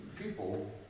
people